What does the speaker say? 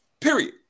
period